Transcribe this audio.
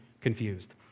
confused